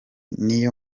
niyo